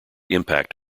impact